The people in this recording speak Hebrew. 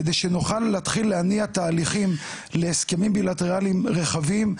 כדי שנוכל להתחיל להניע תהליכים להסכמים בילטרליים רחבים,